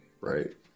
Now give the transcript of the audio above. right